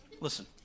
listen